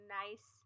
nice